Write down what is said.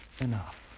enough